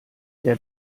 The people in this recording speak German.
der